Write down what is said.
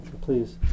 please